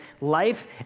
life